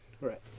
Right